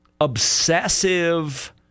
obsessive